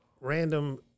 random